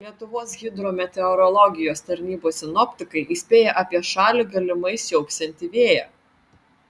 lietuvos hidrometeorologijos tarnybos sinoptikai įspėja apie šalį galimai siaubsiantį vėją